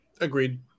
Agreed